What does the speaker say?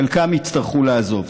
חלקם יצטרכו לעזוב.